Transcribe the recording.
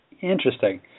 Interesting